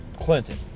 Clinton